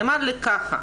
נאמר לי ככה: